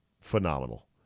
phenomenal